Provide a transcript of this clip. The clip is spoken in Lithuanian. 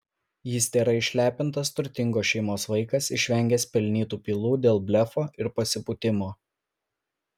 jis tėra išlepintas turtingos šeimos vaikas išvengęs pelnytų pylų dėl blefo ir pasipūtimo